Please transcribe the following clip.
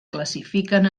classifiquen